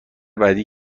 بعدی